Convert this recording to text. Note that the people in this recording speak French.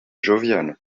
jovial